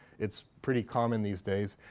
it's pretty common these days.